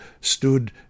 stood